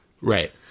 Right